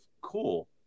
cool